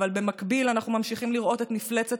אבל במקביל אנחנו ממשיכים לראות את מפלצת